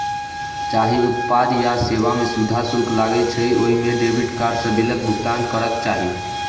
जाहि उत्पाद या सेवा मे सुविधा शुल्क लागै छै, ओइ मे डेबिट कार्ड सं बिलक भुगतान करक चाही